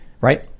right